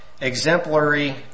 exemplary